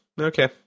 okay